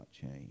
change